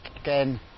again